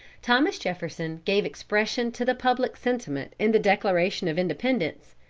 thomas jefferson gave expression to the public sentiment in the declaration of independence,